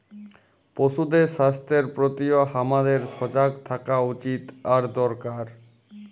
পশুদের স্বাস্থ্যের প্রতিও হামাদের সজাগ থাকা উচিত আর দরকার